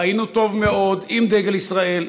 חיינו טוב מאוד עם דגל ישראל,